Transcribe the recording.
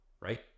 Right